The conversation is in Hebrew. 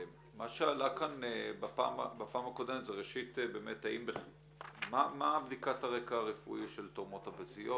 מה שעלה כאן בפעם הקודמת זה מה בדיקת הרקע הרפואי של תורמות הביציות,